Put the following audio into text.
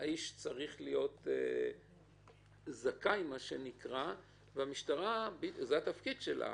שהאיש זכאי, והמשטרה זה התפקיד שלה